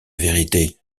vérité